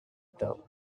though